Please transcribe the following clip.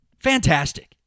Fantastic